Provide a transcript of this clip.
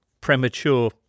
premature